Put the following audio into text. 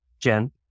Jen